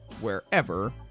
wherever